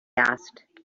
asked